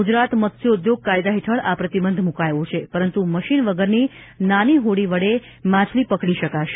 ગુજરાત મત્સ્યોઘોગ કાયદા હેઠળ આ પ્રતિબંધ મુકાયો છે પરંતુ મશીન વગરની નાનકડી હોડી વડે માછલી પકડી શકાશે